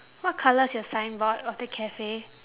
what colour is your signboard of the cafe